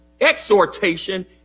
exhortation